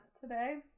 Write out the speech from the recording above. today